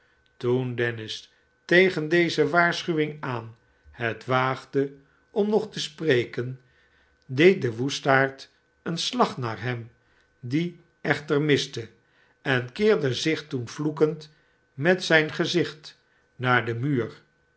toen dennis tegen deze waarschuwing aan het waagde om nog te spreken deed de woestaard een slag naar hem die echter miste en keerde zich toen vloekend met zijn gezicht naar den mumv